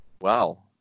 wow